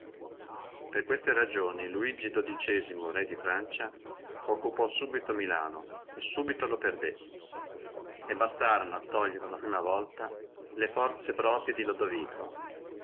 per queste ragioni uigi re di francia occupò subito milano e subito lo perdé e bastò a torgnene la prima volta le forze proprie di lodovico